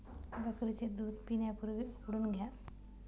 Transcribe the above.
बकरीचे दूध पिण्यापूर्वी उकळून घ्या